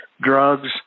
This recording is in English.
drugs